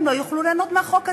הם לא יוכלו ליהנות מהחוק הזה.